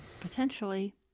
Potentially